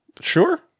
Sure